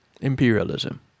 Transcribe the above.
imperialism